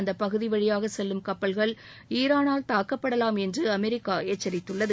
அந்தப் பகுதி வழியாக செல்லும் கப்பல்கள் ஈரானால் தாக்கப்படலாம் என்று அமெரிக்கா எச்சரித்துள்ளது